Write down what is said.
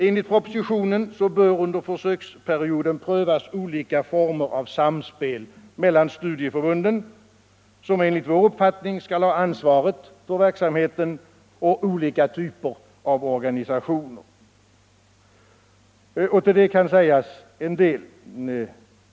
Enligt propositionen bör under försöksperioden prövas olika former av samspel mellan studieförbunden, som enligt vår uppfattning skall ha ansvaret för verksamheten, och olika typer av organisationer. Om detta kan sägas en del.